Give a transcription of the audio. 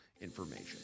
information